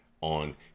on